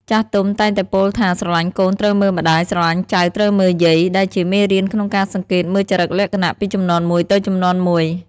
ចាស់ទុំតែងតែពោលថា "ស្រឡាញ់កូនត្រូវមើលម្ដាយ ស្រឡាញ់ចៅត្រូវមើលយាយ" ដែលជាមេរៀនក្នុងការសង្កេតមើលចរិតលក្ខណៈពីជំនាន់មួយទៅជំនាន់មួយ។